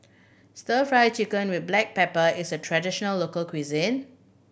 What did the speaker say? Stir Fry Chicken with black pepper is a traditional local cuisine